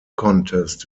contest